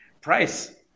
price